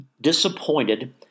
disappointed